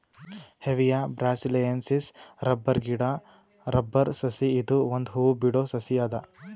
Hevea brasiliensis rubber ಗಿಡಾ rubber ಸಸಿ ಇದು ಒಂದ್ ಹೂ ಬಿಡೋ ಸಸಿ ಅದ